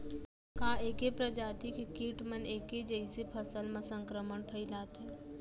का ऐके प्रजाति के किट मन ऐके जइसे फसल म संक्रमण फइलाथें?